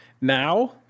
Now